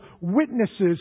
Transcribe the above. witnesses